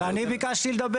לא, אבל אני ביקשתי לדבר.